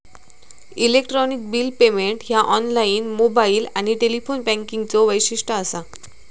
electronic bill payment ह्या online, mobile आणि telephone बँकिंगचो वैशिष्ट्य असा